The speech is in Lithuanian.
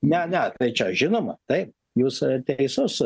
ne ne tai čia žinoma taip jūs teisus